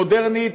מודרנית,